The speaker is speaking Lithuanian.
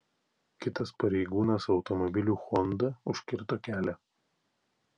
kitas pareigūnas automobiliu honda užkirto kelią